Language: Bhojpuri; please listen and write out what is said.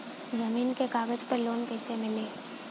जमीन के कागज पर लोन कइसे मिली?